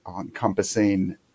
encompassing